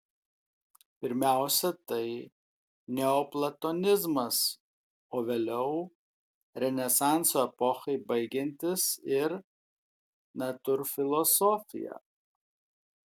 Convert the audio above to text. pirmiausia tai neoplatonizmas o vėliau renesanso epochai baigiantis ir natūrfilosofija